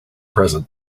present